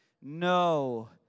no